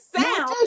sound